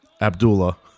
Abdullah